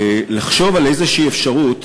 לחשוב על אפשרות,